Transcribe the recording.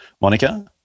Monica